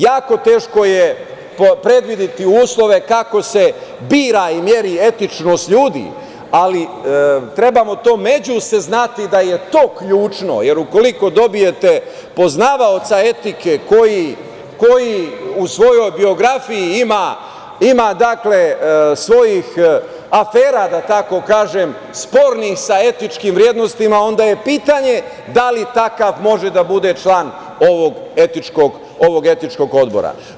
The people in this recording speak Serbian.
Jako teško je predvideti uslove kako se bira i meri etičnost ljudi, ali trebamo međusobno znati da je to ključno, jer ukoliko dobijete poznavaoca etike koji u svojoj biografiji ima svojih afera, da tako kažem, spornih sa etičkim vrednostima, onda je pitanje da li takav može da bude član ovog etičkog odbora?